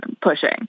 pushing